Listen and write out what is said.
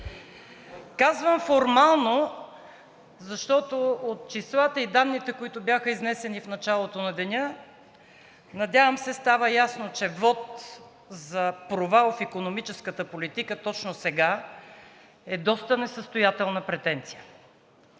Казвам формално, защото от числата и данните, които бяха изнесени в началото на деня, надявам се, става ясно, че вот за провал в икономическата политика точно сега е доста несъстоятелна претенция.